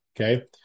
okay